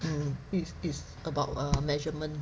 mm it it's about a measurement